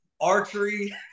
Archery